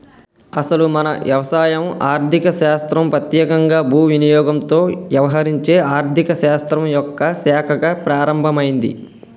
అసలు మన వ్యవసాయం ఆర్థిక శాస్త్రం పెత్యేకంగా భూ వినియోగంతో యవహరించే ఆర్థిక శాస్త్రం యొక్క శాఖగా ప్రారంభమైంది